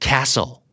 Castle